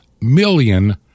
million